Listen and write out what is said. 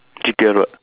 G_T_R what